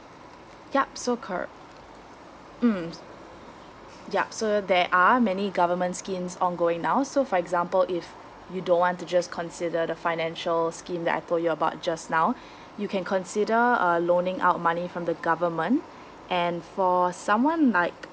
yup so corr~ mm yup so there are many government schemes ongoing now so for example if you don't want to just consider the financial scheme that I told you about just now you can consider uh loaning out money from the government and for someone like